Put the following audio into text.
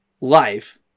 life